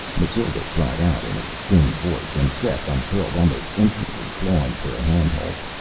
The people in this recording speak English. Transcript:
mathild cried out in a thin voice, and seth uncurled almost instantly, clawing for a handhold.